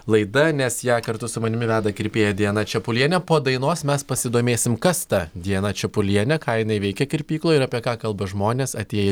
laida nes ją kartu su manimi veda kirpėja diana čepulienė po dainos mes pasidomėsim kas ta diana čepulienė ką jinai veikia kirpykloj ir apie ką kalba žmonės atėję